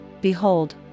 Behold